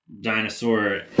dinosaur